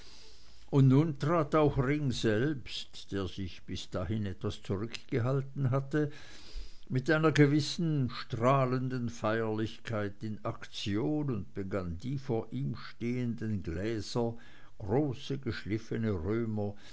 und nun trat auch ring selbst der sich bis dahin etwas zurückgehalten hatte mit einer gewissen strahlenden feierlichkeit in aktion und begann die vor ihm stehenden gläser große geschliffene römer